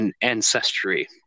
ancestry